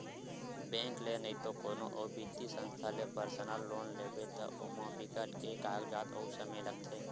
bank ले नइते कोनो अउ बित्तीय संस्था ले पर्सनल लोन लेबे त ओमा बिकट के कागजात अउ समे लागथे